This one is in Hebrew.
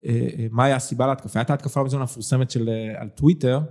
מהי הסיבה להתקפה, הייתה התקפה בזמנו המפורסמת על טוויטר.